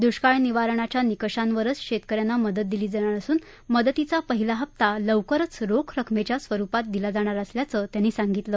दृष्काळ निवारणाच्या निकषांवरचं शेतक यांना मदत दिली जाणार असून मदतीचा पहिला हप्ता लवकरच रोख रक्कमेच्या स्वरुपात दिला जाणार असल्याचं त्यांनी सांगितलं